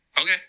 Okay